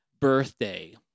birthday